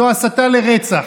זו הסתה לרצח.